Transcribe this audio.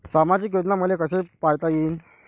सामाजिक योजना मले कसा पायता येईन?